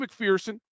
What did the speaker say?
McPherson